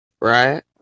right